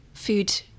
food